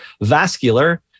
vascular